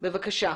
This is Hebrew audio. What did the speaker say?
בבקשה.